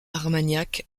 armagnac